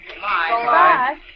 Bye